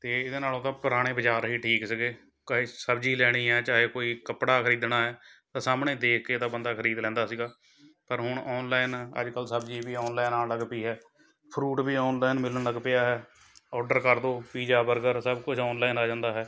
ਅਤੇ ਇਹਦੇ ਨਾਲ਼ੋ ਤਾਂ ਪੁਰਾਣੇ ਬਾਜ਼ਾਰ ਹੀ ਠੀਕ ਸੀਗੇ ਕਈ ਸਬਜ਼ੀ ਲੈਣੀ ਹੈ ਚਾਹੇ ਕੋਈ ਕੱਪੜਾ ਖ਼ਰੀਦਣਾ ਹੈ ਤਾਂ ਸਾਹਮਣੇ ਦੇਖ ਕੇ ਤਾਂ ਬੰਦਾ ਖ਼ਰੀਦ ਲੈਂਦਾ ਸੀਗਾ ਪਰ ਹੁਣ ਔਨਲਾਈਨ ਅੱਜ ਕੱਲ੍ਹ ਸਬਜ਼ੀ ਵੀ ਔਨਲਾਈਨ ਆਉਣ ਲੱਗ ਪਈ ਹੈ ਫ਼ਰੂਟ ਵੀ ਔਨਲਾਈਨ ਮਿਲਣ ਲੱਗ ਪਿਆ ਹੈ ਔਡਰ ਕਰਦੋ ਪੀਜ਼ਾ ਬਰਗਰ ਸਭ ਕੁਛ ਔਨਲਾਈਨ ਆ ਜਾਂਦਾ ਹੈ